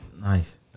Nice